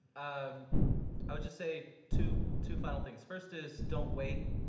um i would just say two two final things. first is don't wait.